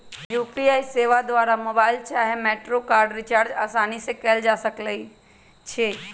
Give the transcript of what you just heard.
UPI सेवा द्वारा mobile चाहे मेट्रो कार्ड रिचार्ज असानी से कएल जा सकइ छइ